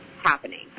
happening